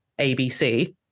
ABC